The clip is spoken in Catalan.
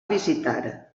visitar